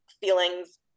feelings